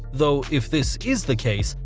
though if this is the case,